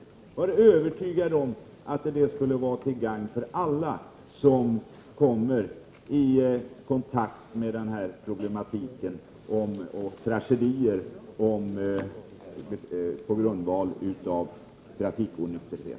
Var övertygad om att det skulle vara till gagn för alla som kommer i kontakt med den här problematiken och även med tragedier på grundval av trafikonykterhet!